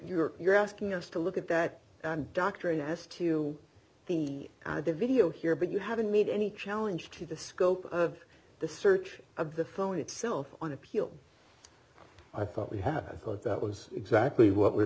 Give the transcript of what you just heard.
sure you're asking us to look at that doctrine as to the the video here but you haven't made any challenge to the scope of the search of the phone itself on appeal i thought we had thought that was exactly what we're